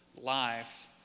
life